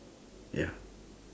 ya